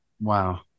wow